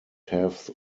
have